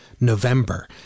November